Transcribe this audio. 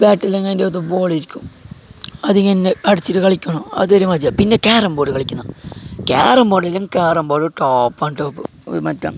ബാറ്റില്ലെങ്കിൽ അതിനത്ത് ബോൾ ഇരിക്കും അത് തന്നെ അടിച്ചിട്ട് കളിക്കണം അതൊരു മജ്ജ പിന്നെ ക്യാരം ബോർഡ് കളിക്കുന്ന carrom board carrom board top and top മറ്റെ